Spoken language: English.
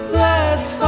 Bless